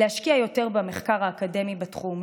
להשקיע יותר במחקר האקדמי בתחום,